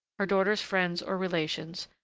her daughter's friends or relations,